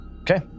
Okay